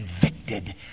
convicted